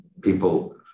people